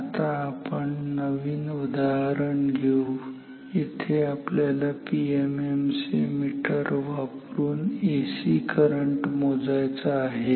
आता आपण नवीन उदाहरण घेऊ येथे आपल्याला पीएमएमसी मीटर वापरून एसी करंट मोजायचा आहे